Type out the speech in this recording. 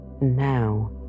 Now